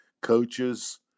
Coaches